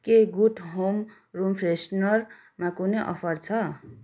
के good home room फ्रेसनरमा कुनै अफर छ